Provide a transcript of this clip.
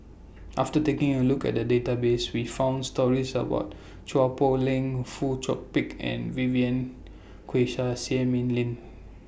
after taking A Look At The Database We found stories about Chua Poh Leng Fong Chong Pik and Vivien Quahe Seah Mei Lin